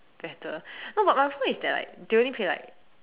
better no but my point is that like they only pay like